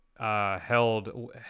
Held